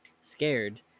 Scared